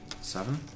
Seven